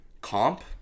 Comp